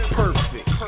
perfect